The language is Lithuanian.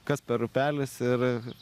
kas per upelis ir